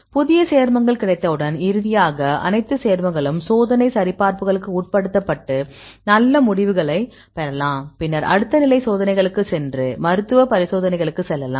புதிய சேர்மங்கள் கிடைத்தவுடன் இறுதியாக அனைத்து சேர்மங்களும் சோதனை சரிபார்ப்புகளுக்கு உட்படுத்தப்பட்டு நல்ல முடிவுகளைப் பெறலாம் பின்னர் அடுத்த நிலை சோதனைகளுக்குச் சென்று மருத்துவ பரிசோதனைகளுக்கு செல்லலாம்